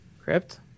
crypt